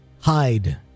hide